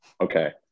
Okay